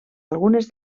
algunes